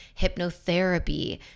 hypnotherapy